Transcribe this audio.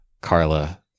carla